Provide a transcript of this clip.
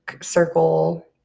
circle